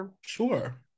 Sure